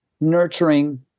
nurturing